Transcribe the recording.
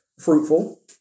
fruitful